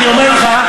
אני אומר לך.